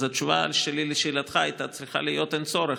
אז התשובה שלי על שאלתך הייתה צריכה להיות: אין צורך.